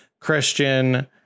Christian